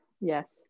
Yes